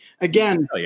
Again